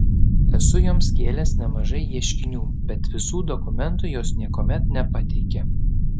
esu joms kėlęs nemažai ieškinių bet visų dokumentų jos niekuomet nepateikia